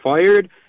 fired